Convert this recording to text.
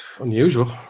unusual